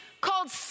called